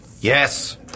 Yes